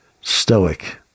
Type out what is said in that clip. Stoic